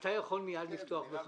אתה יכול לפתוח מייד בחקירה?